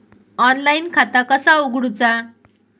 Online खाता कसा उगडूचा?